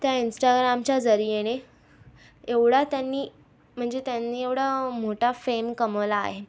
त्या इंस्टाग्रामच्या जरीयेने एवढा त्यांनी म्हणजे त्यांनी एवढा मोठा फेम कमावला आहे